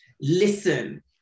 listen